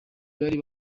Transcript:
bari